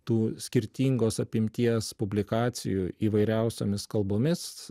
tų skirtingos apimties publikacijų įvairiausiomis kalbomis